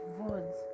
words